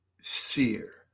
seer